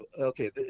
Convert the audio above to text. Okay